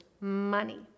money